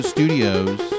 Studios